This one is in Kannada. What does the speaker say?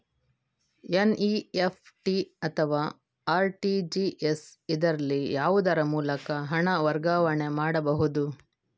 ಎನ್.ಇ.ಎಫ್.ಟಿ ಅಥವಾ ಆರ್.ಟಿ.ಜಿ.ಎಸ್, ಇದರಲ್ಲಿ ಯಾವುದರ ಮೂಲಕ ಹಣ ವರ್ಗಾವಣೆ ಮಾಡಬಹುದು?